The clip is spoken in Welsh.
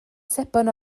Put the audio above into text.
sebon